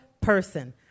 person